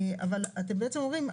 אבל אתם בעצם אומרים,